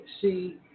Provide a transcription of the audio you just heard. see